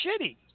shitty